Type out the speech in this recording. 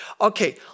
okay